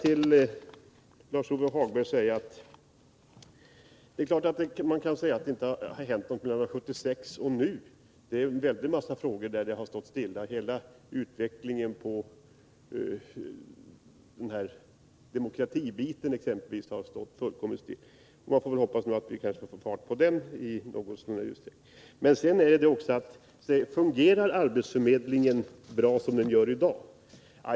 Till Lars-Ove Hagberg vill jag säga att man givetvis kan påstå att ingenting har hänt från 1976 och tills nu. När det gäller en väldig mängd frågor har utvecklingen stått stilla, t.ex. beträffande demokratibiten. Men vi får väl hoppas att vi nu skall kunna få fart på den. Fungerar arbetsförmedlingen bra som den är i dag?